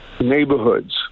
neighborhoods